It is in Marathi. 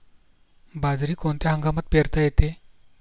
बाजरी कोणत्या हंगामात पेरता येते?